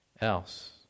else